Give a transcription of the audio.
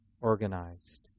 organized